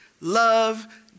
Love